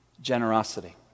generosity